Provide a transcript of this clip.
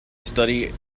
study